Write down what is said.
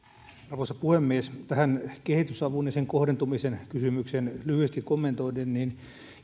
arvoisa puhemies tähän kehitysavun ja sen kohdentumisen kysymykseen lyhyesti kommentoiden